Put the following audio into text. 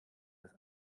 dass